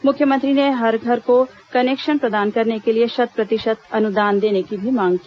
मुख्यमंत्री ने हर घर को कनेक्शन प्रदान करने के लिए शत प्रतिशत अनुदान देने की भी मांग की